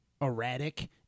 erratic